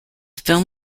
film